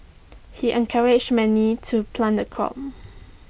he encouraged many to plant the crop